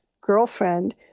girlfriend